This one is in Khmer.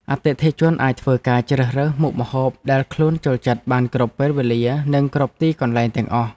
អតិថិជនអាចធ្វើការជ្រើសរើសមុខម្ហូបដែលខ្លួនចូលចិត្តបានគ្រប់ពេលវេលា និងគ្រប់ទីកន្លែងទាំងអស់។